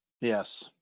Yes